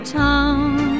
town